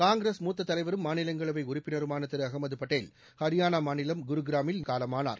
காங்கிரஸ் மூத்தத் தலைவரும் மாநிலங்களவை உறுப்பினருமான திரு அகமது பட்டேல் ஹரியானா மாநிலம் குருகிராமில் இன்று அதிகாலை காலமானார்